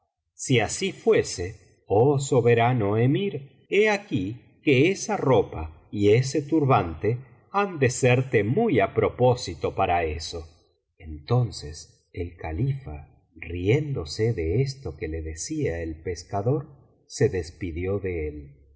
si así fuese oh soberano emir he aquí que esa ropa y ese turbante han de serte muy á propósito para eso entonces el califa riéndose de esto que le decía el pescador se despidió de él y